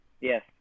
Yes